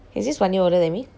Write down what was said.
he is just one year older than me